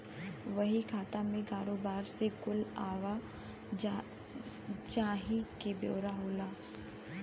बही खाता मे कारोबार के कुल आवा जाही के ब्योरा होला